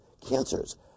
cancers